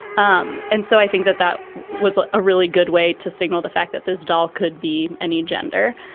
um and so i think that that was a really good way to signal the fact that this doll could be any gender.